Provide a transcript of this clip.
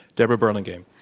debra burlingame.